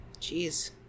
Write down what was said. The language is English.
Jeez